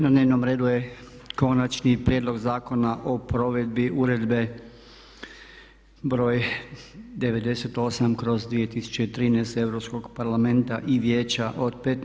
Na dnevnom redu je - KONAČNI PRIJEDLOG ZAKONA O PROVEDBI UREDBE (EU) BR. 98/2013 EUROPSKOG PARLAMENTA I VIJEĆA OD 15.